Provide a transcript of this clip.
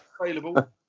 available